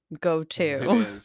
go-to